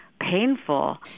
painful